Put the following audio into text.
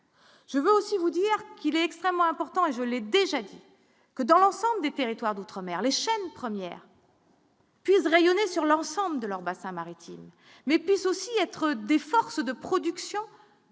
je vais aussi vous dire qu'il est extrêmement important et je l'ai déjà dit que dans l'ensemble des territoires d'outre- mer, les chaînes premières. Puise rayonner sur l'ensemble de leurs bassins maritimes mais puissent aussi être des forces de production